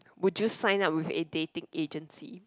would you sign up with a dating agency